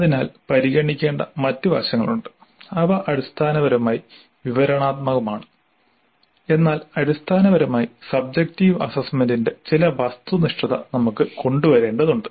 അതിനാൽ പരിഗണിക്കേണ്ട മറ്റ് വശങ്ങളുണ്ട് അവ അടിസ്ഥാനപരമായി വിവരണാത്മകമാണ് എന്നാൽ അടിസ്ഥാനപരമായി സബ്ജെക്റ്റീവ് അസ്സസ്സ്മെന്റിന് ചില വസ്തുനിഷ്ഠത നമുക്ക് കൊണ്ടുവരേണ്ടതുണ്ട്